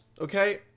okay